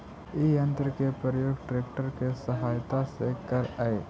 इ यन्त्र के प्रयोग ट्रेक्टर के सहायता से करऽ हई